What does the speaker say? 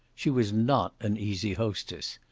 she was not an easy hostess.